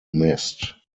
missed